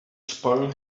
spoil